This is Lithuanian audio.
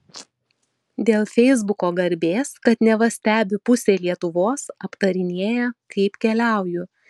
dėl feisbuko garbės kad neva stebi pusė lietuvos aptarinėja kaip keliauju